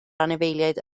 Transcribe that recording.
anifeiliaid